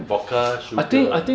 vodka sugar